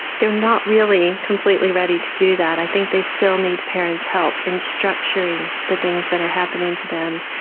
they're not really completely ready to do that, i think they still need parents' help in structuring the things that are happening to them.